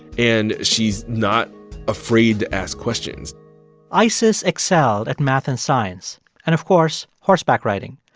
and she's not afraid to ask questions isis excelled at math and science and, of course, horseback riding.